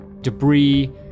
debris